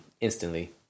instantly